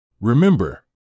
Remember